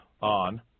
On